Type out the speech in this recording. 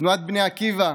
תנועת בני עקיבא,